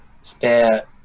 spare